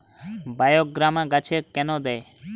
বায়োগ্রামা গাছে কেন দেয়?